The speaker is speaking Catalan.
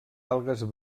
algues